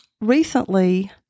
Recently